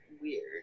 weird